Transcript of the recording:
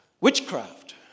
Witchcraft